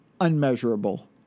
unmeasurable